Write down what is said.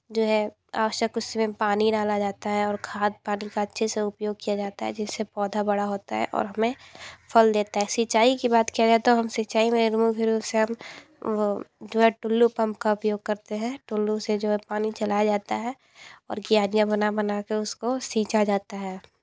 जो है आवश्यक उसमें पानी डाला जाता है और खाद पानी का अच्छे से उपयोग किया जाता है जिससे पौधा बड़ा होता है और हमें फल देता है सिचाई की बात किया जाए तो हम सिचाई में मुख्य रूप से हम वो जो है टुल्लू पंप का उपयोग करते हैं टुल्लू से जो है पानी चलाया जाता है और क्यारियाँ बना बनाके उसको सींचा जाता है